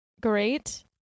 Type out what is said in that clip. great